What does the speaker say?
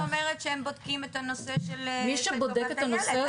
משרד המשפטים אומר שהם בודקים את הנושא של טובת הילד,